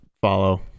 follow